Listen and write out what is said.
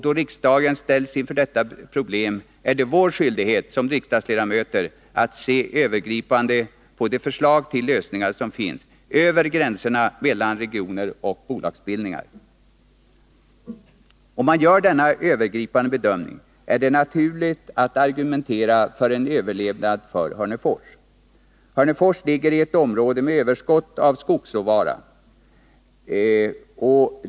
Då riksdagen ställs inför detta problem är det vår skyldighet som ledamöter att se övergripande på de förslag till lösningar som finns, över gränserna mellan regioner och bolagsbildningar. Om man gör denna övergripande bedömning är det naturligt att argumentera för en överlevnad för Hörnefors. Hörnefors ligger i ett område med överskott av skogsråvara.